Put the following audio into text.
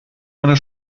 meiner